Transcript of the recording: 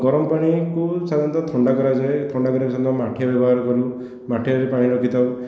ଗରମ ପାଣିକୁ ସାଧାରଣତଃ ଥଣ୍ଡା କରାଯାଏ ଥଣ୍ଡା କରିବା ପାଇଁ ସେମିତି ଆମେ ମାଠିଆ ବ୍ୟବହାର କରୁ ମାଠିଆରେ ପାଣି ରଖିଥାଉ